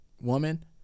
woman